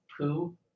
poo